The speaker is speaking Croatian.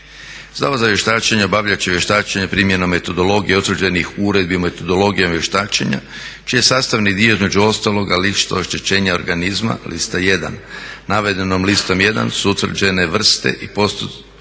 Zavod za vještačenje obavljat će vještačenje primjenom metodologija utvrđenih u Uredbi o metodologijama vještačenja čiji je sastavni dio između ostaloga lista oštećenja organizma lista 1. Navedenom listom 1 su utvrđene vrste i postotci,